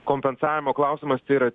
kompensavimo klausimas tai yra